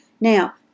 Now